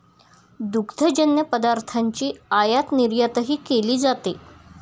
दुग्धजन्य पदार्थांची आयातनिर्यातही केली जाते